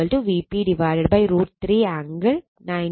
Vcn Vp √ 3 angle 90o